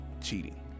cheating